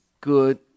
Good